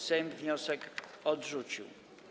Sejm wniosek odrzucił.